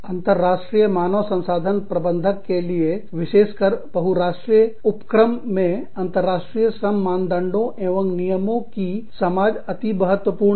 अंतर्राष्ट्रीय मानव संसाधन प्रबंधक के लिए विशेषकर बहुराष्ट्रीय उपक्रम में अंतर्राष्ट्रीय श्रम मानदंडों एवं नियमों की समाज अति महत्वपूर्ण है